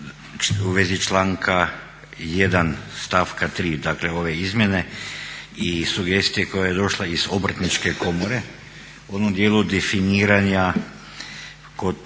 u svezi članka 1. stavka 3. dakle ove izmjene i sugestije koja je došla iz Obrtničke komore u onom dijelu definiranja kod